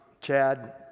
Chad